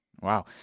wow